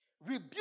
rebuke